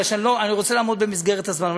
כי אני רוצה לעמוד במסגרת הזמן,